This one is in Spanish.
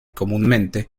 comúnmente